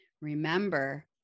Remember